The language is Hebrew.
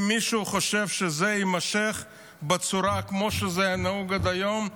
אם מישהו חושב שזה יימשך בצורה כמו שזה נהוג עד היום,